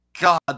God